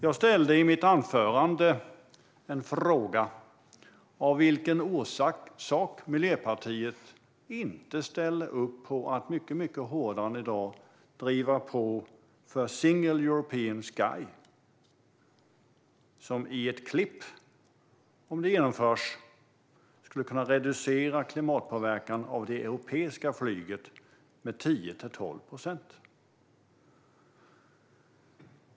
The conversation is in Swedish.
Jag ställde i mitt anförande en fråga: Av vilken orsak ställer Miljöpartiet inte upp på att mycket hårdare än i dag driva på för Single European Sky, som om det genomförs i ett klipp skulle kunna reducera det europeiska flygets klimatpåverkan med 10-12 procent?